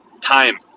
time